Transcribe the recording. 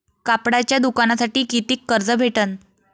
कापडाच्या दुकानासाठी कितीक कर्ज भेटन?